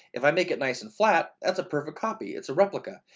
if i make it nice and flat, that's a perfect copy. it's a replica.